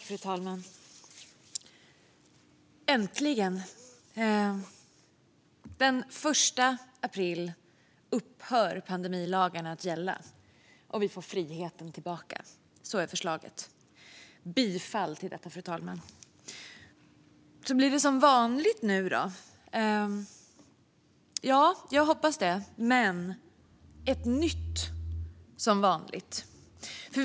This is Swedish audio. Fru talman! Enligt förslaget upphör pandemilagarna äntligen att gälla den 1 april, och vi får friheten tillbaka. Jag yrkar bifall till förslaget. Blir det som vanligt nu? Jag hoppas det. Men det blir ett nytt "som vanligt".